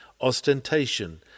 ostentation